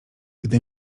gdy